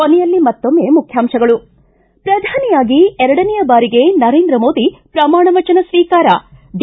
ಕೊನೆಯಲ್ಲಿ ಮತ್ತೊಮ್ನೆ ಮುಖ್ಯಾಂಶಗಳು ಿ ಪ್ರಧಾನಿಯಾಗಿ ಎರಡನೇ ಬಾರಿಗೆ ನರೇಂದ್ರ ಮೋದಿ ಪ್ರಮಾಣವಚನ ಸ್ನೀಕಾರ ಡಿ